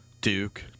Duke